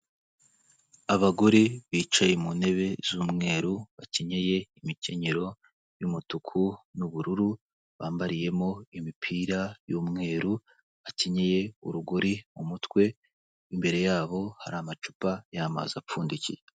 Abagore bicaye mu ntebe z'umweru, bakenyeye imikenyero y'umutuku n'ubururu, bambariyemo imipira y'umweru, bakenyeye urugori mu mutwe, imbere yabo hari amacupa y'amazi apfundikiye.